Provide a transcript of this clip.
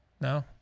No